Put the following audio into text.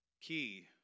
key